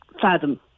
fathom